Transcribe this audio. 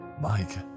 Mike